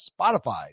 Spotify